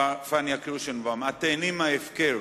פניה קירשנבאום, את תיהני מההפקר.